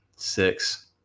Six